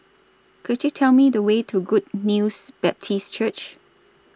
Could YOU Tell Me The Way to Good News Baptist Church